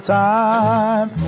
time